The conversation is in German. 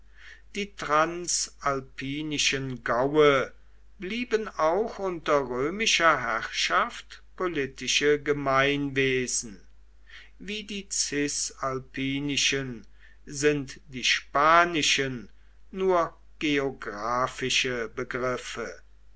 die transalpinischen gaue blieben auch unter römischer herrschaft politische gemeinwesen wie die cisalpinischen sind die spanischen nur geographische begriffe